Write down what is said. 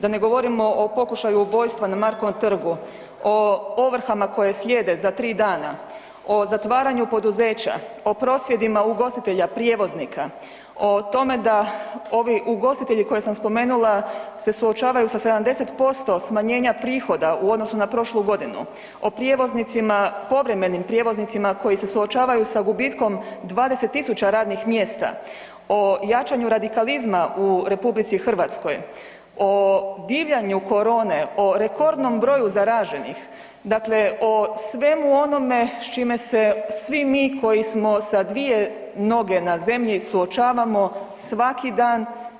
Da ne govorimo o pokušaju ubojstva na Markovom trgu, o ovrhama koje slijede za 3 dana, o zatvaranju poduzeća, o prosvjedu ugostitelja, prijevoznika, o tome da ovi ugostitelji koje sam spomenula se suočavaju sa 70% smanjenja prihoda u odnosu na prošlu godinu, o prijevoznicima, povremenim prijevoznicima koji se suočavaju sa gubitkom 20000 radnih mjesta, o jačanju radikalizma u RH, o divljanju korone, o rekordnom broju zaraženih, dakle o svemu onome s čime se svi mi koji smo sa dvije noge na zemlji suočavamo svaki dan.